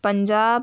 Punjab